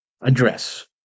address